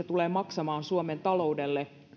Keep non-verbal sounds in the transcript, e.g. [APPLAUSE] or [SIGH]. [UNINTELLIGIBLE] tulee maksamaan suomen taloudelle